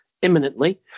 Imminently